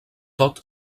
tot